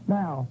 now